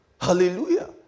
Hallelujah